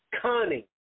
cunning